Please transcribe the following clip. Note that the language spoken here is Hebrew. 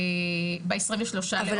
ב- 23 לאוגוסט.